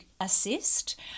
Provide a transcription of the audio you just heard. assist